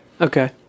okay